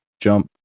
jump